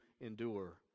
endure